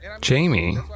Jamie